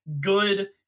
good